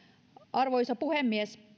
arvoisa puhemies